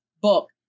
book